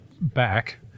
back